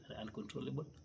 uncontrollable